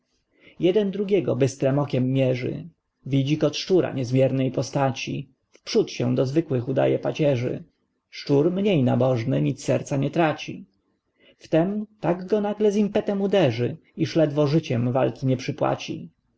jeden drugiego bystrem okiem mierzy widzi kot szczura niezmiernej postaci wprzód się do zwykłych udaje pacierzy szczur mniej nabożny nic serca nie traci wtem tak go nagle z impetem uderzy iż ledwo życiem walki nie przypłaci